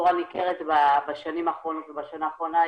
בצורה ניכרת בשנים האחרונות ובשנה האחרונה,